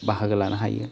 बाहागो लानो हायो